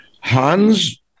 Hans